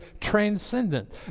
transcendent